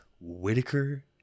Whitaker